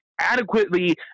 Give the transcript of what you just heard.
adequately